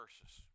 verses